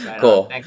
Cool